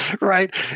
right